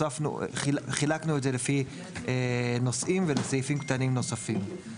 חילקנו את זה לפי נושאים ולסעיפים קטנים נוספים.